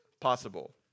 possible